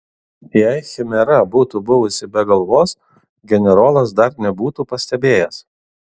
jei chimera būtų buvusi be galvos generolas dar nebūtų pastebėjęs